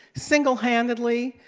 single-handedly,